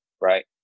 Right